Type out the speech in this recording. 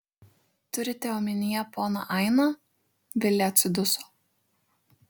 turite omenyje poną ainą vilė atsiduso